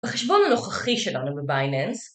בחשבון הנוכחי שלנו בבינאנס